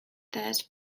third